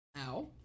Ow